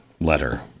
letter